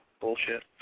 Bullshit